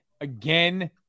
again